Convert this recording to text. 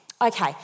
Okay